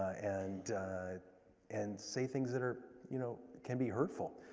and and say things that are, you know, can be hurtful.